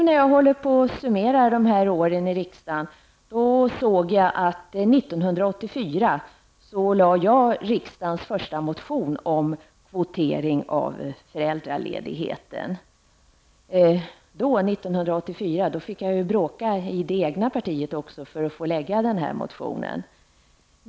När jag nu summerar mina år i riksdagen finner jag att jag år 1984 väckte riksdagens första motion om kvotering av föräldraledigheten. Då fick jag bråka inom det egna partiet för att få väcka den motionen.